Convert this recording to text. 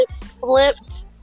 flipped